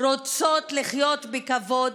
רוצות לחיות בכבוד,